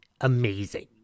Amazing